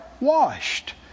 washed